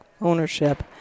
ownership